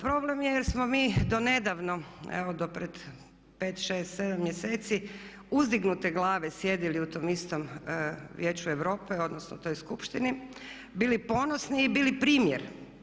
Problem je jer smo mi donedavno, evo do pred 5, 6, 7 mjeseci uzdignute glave sjedili u tom istom Vijeću Europe odnosno toj skupštini bili ponosni i bili primjer.